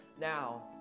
now